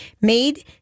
made